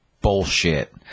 bullshit